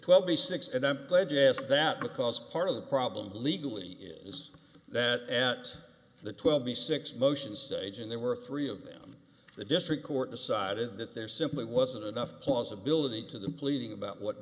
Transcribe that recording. twelve b six and i'm pledge ask that because part of the problem legally is that at the twelve the six motions stage and there were three of them the district court decided that there simply wasn't enough plausibility to them pleading about what